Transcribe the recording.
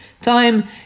time